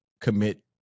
commit